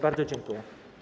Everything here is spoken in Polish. Bardzo dziękuję.